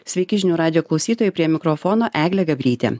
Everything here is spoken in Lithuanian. sveiki žinių radijo klausytojai prie mikrofono eglė gabrytė